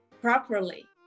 properly